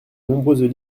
nombreuses